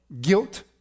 guilt